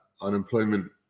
unemployment